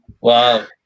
wow